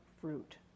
fruit